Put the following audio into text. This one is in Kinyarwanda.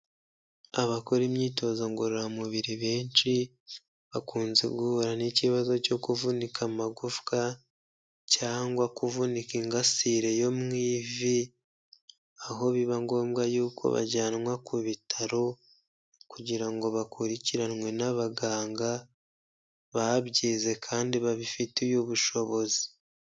Abakora imyitozo ngororamubiri benshi, bakunze guhura n'ikibazo cyo kuvunika amagufwa cyangwa kuvunika ingasire yo mu ivi, aho biba ngombwa yuko bajyanwa ku bitaro kugira ngo bakurikiranwe n'abaganga, babyize kandi babifitiye ubushobozi.